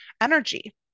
energy